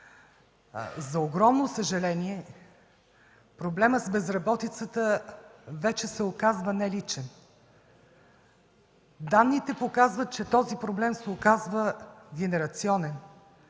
За огромно съжаление проблемът с безработицата вече се оказва не личен. Данните показват, че този проблем се оказва генерационен,